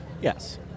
Yes